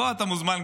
בוא, גם אתה מוזמן.